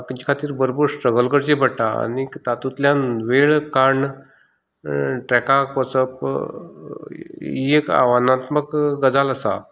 तेंचे खातीर भरपूर स्ट्रगल करचे पडटा आनीक तातूंतल्यान वेळ काण्ण ट्रेकाक वचप ही एक आव्हानात्मक गजाल आसा